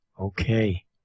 Okay